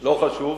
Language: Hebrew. לא חשוב.